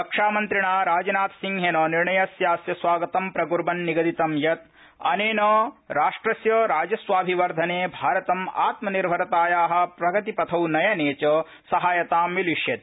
रक्षामन्त्रिणा राजनाथसिंहेन निर्णस्यास्य स्वागतं प्रकुर्वन् निगदितं यत् अनेन राष्ट्रस्य राजस्वाभिवधने भारतं आत्मनिर्भरताया प्रगतिपथौ नयने च सहायतां मिलिष्यति